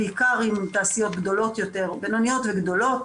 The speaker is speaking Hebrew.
בגין איזה הכשרות,